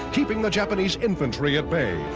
keeping the japanese infantry at bay,